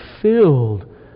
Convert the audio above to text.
filled